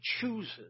chooses